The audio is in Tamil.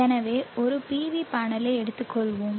எனவே ஒரு PV பேனலை எடுத்துக் கொள்வோம்